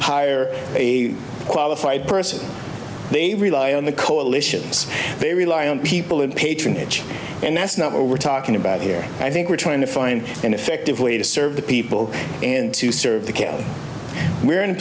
hire a qualified person they rely on the coalitions they rely on people and patronage and that's not what we're talking about here i think we're trying to find an effective way to serve the people and to serve the kids we're in a